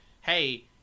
hey